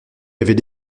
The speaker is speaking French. avait